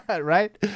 right